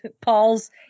Paul's